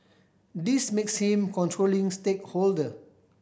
this makes him controlling stakeholder